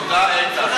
תודה, איתן.